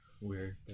weird